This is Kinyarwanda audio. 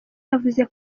yavuze